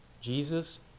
Jesus